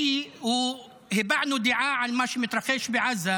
כי הבענו דעה על מה שמתרחש בעזה,